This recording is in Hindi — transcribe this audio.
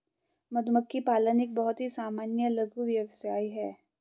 मधुमक्खी पालन एक बहुत ही सामान्य लघु व्यवसाय है